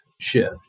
shift